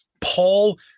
Paul